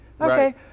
okay